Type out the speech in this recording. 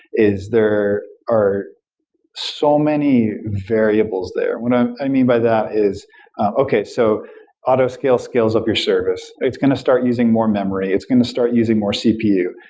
is there are so many variables there. what ah i mean by that is okay. so autoscale scales up your service. it's going to start using more memory. it's going to start using more cpu.